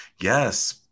Yes